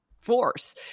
force